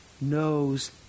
knows